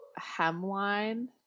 hemline